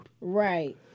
Right